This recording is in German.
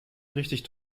richtig